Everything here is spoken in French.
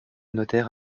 notaire